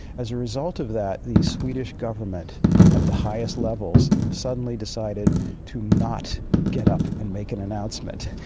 as a result of that the swedish government at the highest levels suddenly decided to not get up and make an announcement.